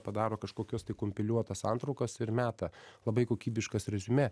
padaro kažkokias tai kompiliuotas santraukas ir meta labai kokybiškas reziumė